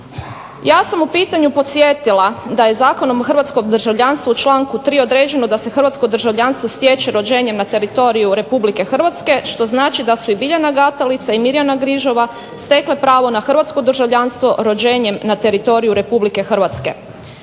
Ja sam u pitanju podsjetila da je Zakonom o hrvatskom državljanstvu u članku 3. određeno da se hrvatsko državljanstvo stječe rođenjem na teritoriju RH što znači da su i Biljana Gatalica i Mirjana Grižova stekle pravo na hrvatsko državljanstvo rođenjem na teritoriju RH.